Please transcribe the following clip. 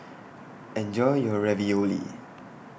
Enjoy your Ravioli